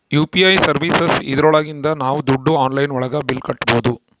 UPI services ಇದ್ರೊಳಗಿಂದ ನಾವ್ ದುಡ್ಡು ಆನ್ಲೈನ್ ಒಳಗ ಬಿಲ್ ಕಟ್ಬೋದೂ